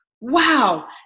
wow